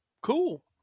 Cool